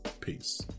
Peace